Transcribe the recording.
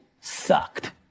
sucked